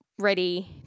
ready